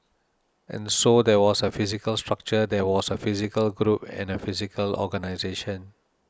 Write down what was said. and so there was a physical structure there was a physical group and a physical organisation